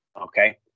Okay